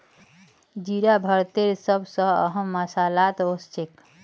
जीरा भारतेर सब स अहम मसालात ओसछेख